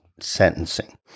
sentencing